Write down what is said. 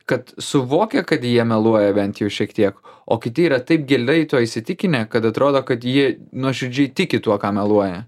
kad suvokia kad jie meluoja bent jau šiek tiek o kiti yra taip giliai tuo įsitikinę kad atrodo kad jie nuoširdžiai tiki tuo ką meluoja